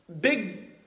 big